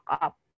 up